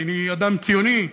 כי אני אדם ציוני,